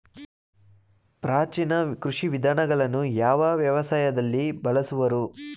ಪ್ರಾಚೀನ ಕೃಷಿ ವಿಧಾನಗಳನ್ನು ಯಾವ ವ್ಯವಸಾಯದಲ್ಲಿ ಬಳಸುವರು?